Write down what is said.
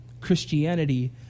Christianity